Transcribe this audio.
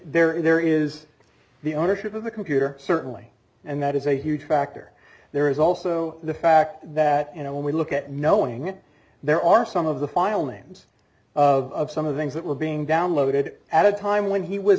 with there is the ownership of the computer certainly and that is a huge factor there is also the fact that you know when we look at knowing it there are some of the file names of some of things that were being downloaded at a time when he was